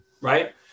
right